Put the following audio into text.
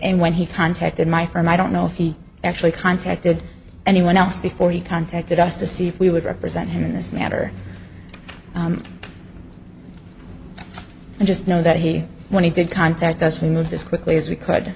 and when he contacted my firm i don't know if he actually contacted anyone else before he contacted us to see if we would represent him in this matter i just know that he when he did contact us we move this quickly as we could